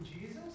Jesus